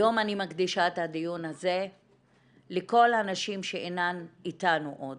היום אני מקדישה את הדיון הזה לכל הנשים שאינן איתנו עוד,